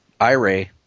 iray